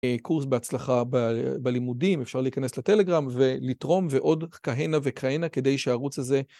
קורס בהצלחה בלימודים, אפשר להיכנס לטלגרם ולתרום ועוד כהנה וכהנה כדי שהערוץ הזה...